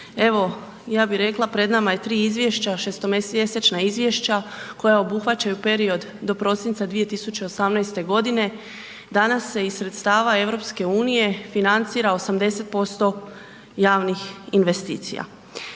evo ja bi rekla pred nam je 3 izvješća, šestomjesečna izvješća koja obuhvaćaju period do prosinca 2018.g. Danas se iz sredstava EU financira 80% javnih investicija.